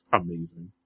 amazing